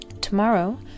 Tomorrow